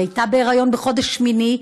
היא הייתה בהיריון בחודש השמיני,